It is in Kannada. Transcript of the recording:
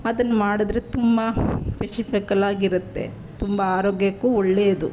ಅದನ್ನ ಮಾಡಿದರೆ ತುಂಬ ಪೆಶಿಫಿಕಲ್ಲಾಗಿರುತ್ತೆ ತುಂಬ ಆರೋಗ್ಯಕ್ಕೂ ಒಳ್ಳೆಯದು